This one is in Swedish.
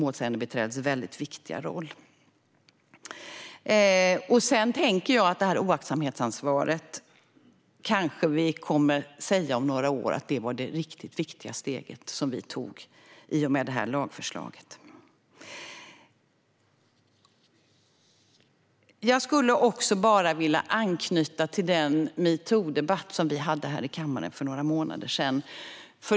När det gäller detta med oaktsamhetsansvaret tänker jag att vi kanske om några år kommer att säga att det var det riktigt viktiga steg som vi tog i och med det här lagförslaget. Jag skulle också vilja anknyta till den metoo-debatt som vi hade här i kammaren för några månader sedan.